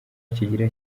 kigira